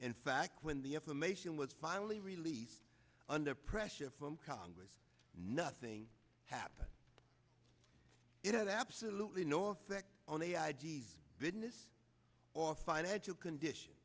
in fact when the information was finally released under pressure from congress nothing happened it had absolutely no effect on the i d s business or financial condition